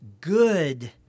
good